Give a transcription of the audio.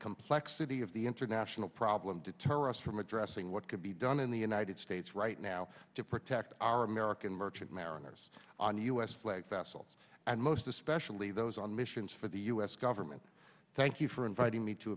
complexity of the international problem deter us from addressing what could be done in the united states right now to protect our american merchant mariners on u s flagged vessels and most especially those on missions for the u s government thank you for inviting me to